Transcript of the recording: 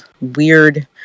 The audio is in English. weird